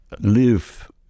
live